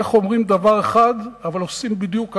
איך אומרים דבר אחד אבל עושים בדיוק ההיפך.